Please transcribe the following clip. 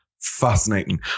Fascinating